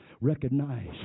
recognize